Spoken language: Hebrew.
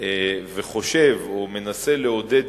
וחושב או מנסה לעודד,